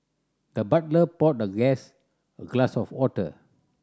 the butler poured the guest a glass of water